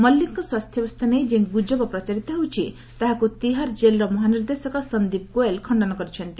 ମଲିକଙ୍କ ସ୍ୱାସ୍ଥ୍ୟାବସ୍ଥା ନେଇ ଯେଉଁ ଗୁଜବ ପ୍ରଚାରିତ ହେଉଛି ତାହାକୁ ତିହାର ଜେଲ୍ର ମହାନିର୍ଦ୍ଦେଶକ ସଂଦୀପ ଗୋଏଲ୍ ଖଣ୍ଡନ କରିଛନ୍ତି